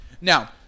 Now